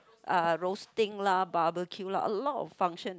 uh roasting lah barbecue lah a lot of function